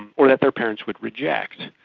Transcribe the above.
or that their parents would reject.